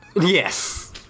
Yes